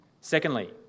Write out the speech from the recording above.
Secondly